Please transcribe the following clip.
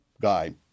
guy